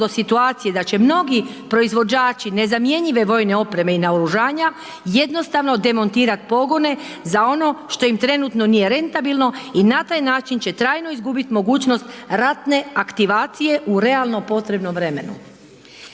da će mnogi proizvođači nezamjenjive vojne opreme i naoružanja jednostavno demontirati pogone za ono što im trenutno nije rentabilno i na taj način će trajno izgubiti mogućnost ratne aktivacije u realno potrebnom vremenu.